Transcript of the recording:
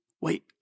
Wait